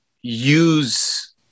use